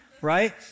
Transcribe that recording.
Right